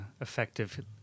effective